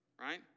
right